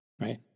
right